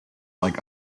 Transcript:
like